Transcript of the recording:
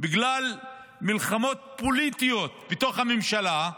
בגלל מלחמות פוליטיות בתוך הממשלה,